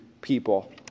people